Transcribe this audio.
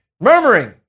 Murmuring